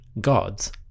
gods